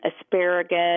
asparagus